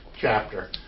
chapter